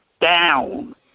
down